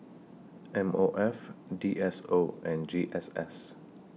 M O F D S O and G S S